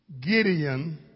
Gideon